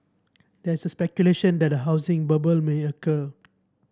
there is a speculation that a housing bubble may occur